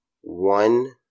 one